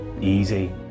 easy